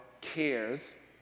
cares